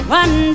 one